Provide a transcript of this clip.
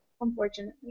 Unfortunately